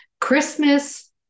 Christmas